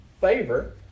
favor